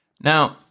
Now